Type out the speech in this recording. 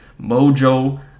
mojo